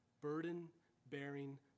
Burden-bearing